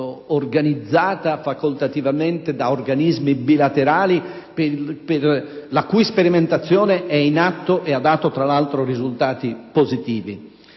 organizzata facoltativamente da organismi bilaterali, la cui sperimentazione è in atto e ha dato, tra l'altro, risultati positivi.